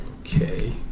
Okay